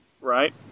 Right